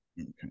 Okay